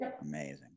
amazing